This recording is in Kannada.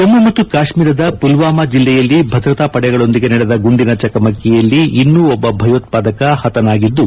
ಜಮ್ಮು ಮತ್ತು ಕಾಶ್ಮೀರದ ಪುಲ್ಲಾಮ ಜಿಲ್ಲೆಯಲ್ಲಿ ಭದ್ರತಾ ಪಡೆಗಳೊಂದಿಗೆ ನಡೆದ ಗುಂಡಿನ ಚಕಮಕಿಯಲ್ಲಿ ಇನ್ನೂ ಒಬ್ಬ ಭಯೋತ್ವಾದಕ ಹತನಾಗಿದ್ದು